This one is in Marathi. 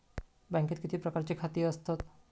बँकेत किती प्रकारची खाती असतत?